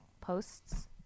posts